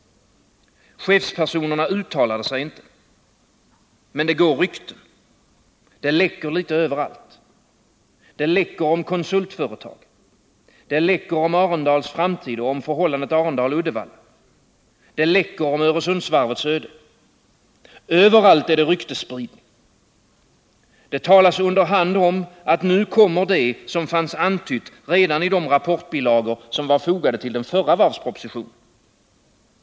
Chefspersonerna uttalar sig inte. Men det går rykten. Det läcker litet överallt. Det läcker om konsultföretag. Det läcker om Arendals framtid och om förhållandet Arendal-Uddevalla. Det läcker om Öresundsvarvets öde. Överallt är det ryktesspridning. Det talas under hand om att nu kommer det som fanns antytt redan i de rapportbilagor som var fogade till den förra varvspropositionen.